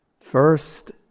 first